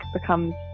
becomes